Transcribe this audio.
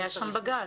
היה שם בג"צ.